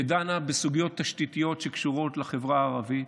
שדנה בסוגיות תשתיתיות שקשורות לחברה הערבית.